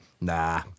Nah